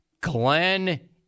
Glenn